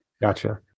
Gotcha